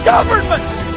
Governments